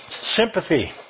Sympathy